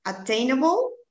Attainable